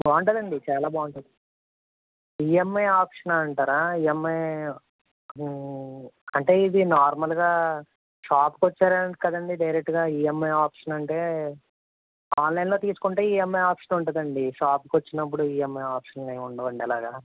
బాగుంటుందండి చాలా బాగుంటుంది ఈఎంఐ ఆప్షన్ అంటారా ఈఎంఐ అంటే ఇది నార్మల్గా షాప్కి వచ్చారు కదండి డైరెక్ట్గా ఈఎంఐ ఆప్షన్ అంటే ఆన్లైన్లో తీసుకుంటే ఈఎంఐ ఆప్షన్ ఉంటుందండి షాప్కి వచ్చినప్పుడు ఈఎంఐ ఆప్షన్లేం ఉండవండి అలాగా